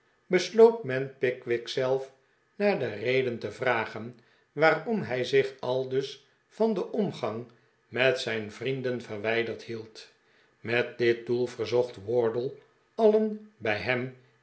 besloot men pickwick zelf naar de reden te vragen waarom hij zich aldus van den omgang met zijn vrienden verwijderd hield met dit doel verzocht wardle alien bij hem